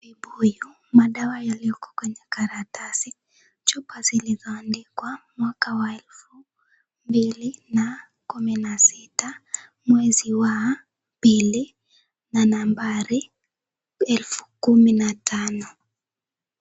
Vibuyu, madawa yaliyoko kwenye ratasi, chupa zilizoandikwa mwaka elfu mbili na kumi sita mwezi wa pili na nambari elfu kumi na tano.